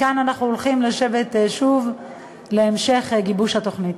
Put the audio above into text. מכאן אנחנו הולכים לשבת שוב להמשך גיבוש התוכנית.